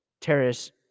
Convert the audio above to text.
Terrace